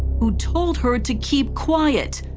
who told her to keep quiet,